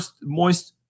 moist